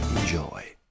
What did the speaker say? Enjoy